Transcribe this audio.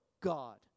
God